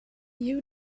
you